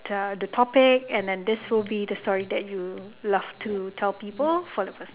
that the topic and then this will be the story that you love to tell people for the first time